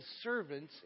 servants